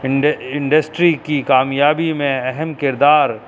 and industry کی کامیابی میں اہم کردار